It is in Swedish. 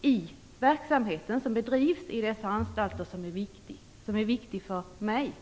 hur verksamheten som bedrivs i dessa anstalter ser ut. Det är det som är viktigt för mig.